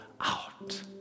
out